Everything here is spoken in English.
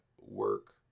work